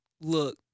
look